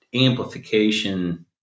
amplification